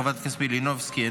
חברת הכנסת טטיאנה מזרסקי,